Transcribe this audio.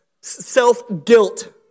self-guilt